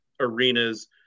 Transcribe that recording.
Arenas